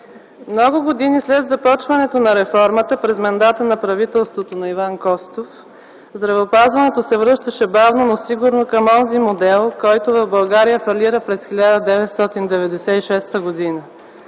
Много години след започването на реформата през мандата на правителството на Иван Костов здравеопазването се връщаше бавно, но сигурно към онзи модел, който в България фалира през 1996 г.